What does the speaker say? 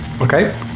okay